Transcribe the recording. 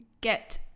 get